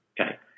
Okay